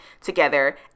together